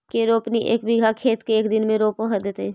के रोपनी एक बिघा खेत के एक दिन में रोप देतै?